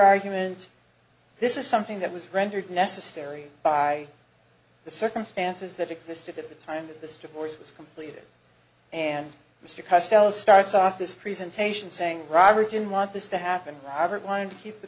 arguments this is something that was rendered necessary by the circumstances that existed at the time that this divorce was completed and mr costello starts off this presentation saying robert didn't want this to happen robert wanted to keep the